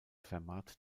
fermat